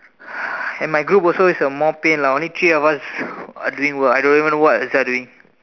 and my group also is more pain lah only three of us are doing I don't even know the others are doing